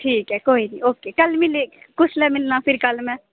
ठीक ऐ कोई नी ओके कल्ल मिली जाह्ग कुसलै मिलना फिर कल्ल में